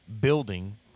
building